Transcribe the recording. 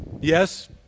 Yes